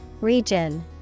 Region